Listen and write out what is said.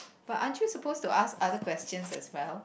but aren't you suppose to ask other questions as well